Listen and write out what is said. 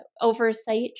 oversight